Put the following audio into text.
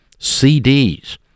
CDs